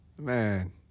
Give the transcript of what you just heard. man